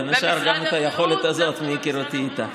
בין השאר, גם את היכולת הזאת, מהיכרותי איתה.